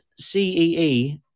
CEE